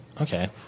okay